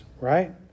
Right